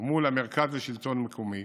ומול המרכז לשלטון מקומי